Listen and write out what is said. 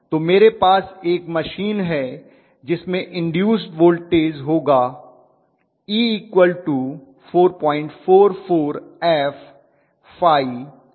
तो मेरे पास एक मशीन है जिसमे इन्दूस्ड वोल्टेज होगा E 444f𝜙Nkw